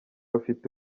afite